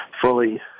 fully